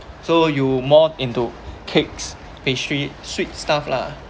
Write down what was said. so you more into cakes pastry sweet stuff lah